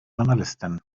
journalistin